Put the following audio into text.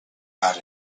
out